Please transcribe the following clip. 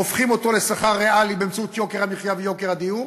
הופכים אותו לשכר ריאלי באמצעות יוקר המחיה ויוקר הדיור